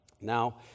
Now